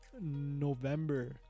November